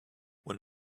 when